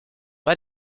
pas